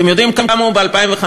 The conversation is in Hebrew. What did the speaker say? אתם יודעים כמה הוא ב-2015?